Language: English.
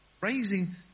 Raising